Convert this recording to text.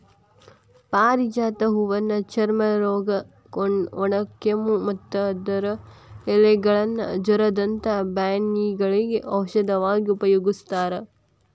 ಪಾರಿಜಾತ ಹೂವನ್ನ ಚರ್ಮರೋಗ, ಒಣಕೆಮ್ಮು, ಮತ್ತ ಅದರ ಎಲೆಗಳನ್ನ ಜ್ವರದಂತ ಬ್ಯಾನಿಗಳಿಗೆ ಔಷಧವಾಗಿ ಉಪಯೋಗಸ್ತಾರ